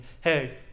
hey